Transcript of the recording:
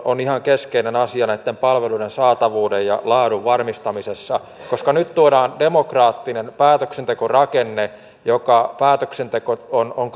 on ihan keskeinen asia palveluiden saatavuuden ja laadun varmistamisessa koska nyt tuodaan demokraattinen päätöksentekorakenne päätöksenteko on on